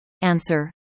Answer